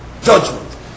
judgment